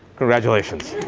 congratulations.